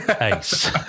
Ace